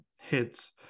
hits